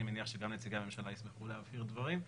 מניח שגם נציגי הממשלה ישמחו להבהיר דברים,